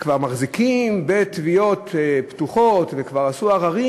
שכבר מחזיקים בתביעות פתוחות וכבר עשו עררים,